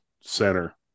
center